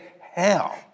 hell